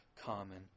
common